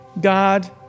God